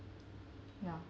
yeah